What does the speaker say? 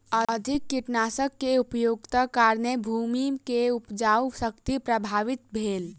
अधिक कीटनाशक के उपयोगक कारणेँ भूमि के उपजाऊ शक्ति प्रभावित भेल